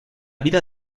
vida